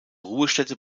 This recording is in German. ruhestätte